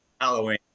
Halloween